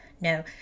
No